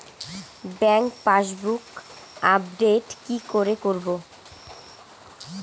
Bank passbook update কি করে করবো?